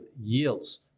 yields